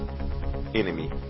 enemy